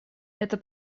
это